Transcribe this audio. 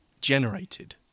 generated